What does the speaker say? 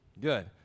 good